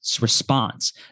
response